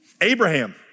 Abraham